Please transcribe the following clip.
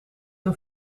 een